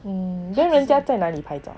oh then 人家在哪里拍照